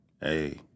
Hey